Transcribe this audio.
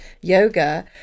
yoga